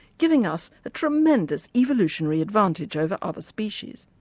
giving us a tremendous evolutionary advantage over other species.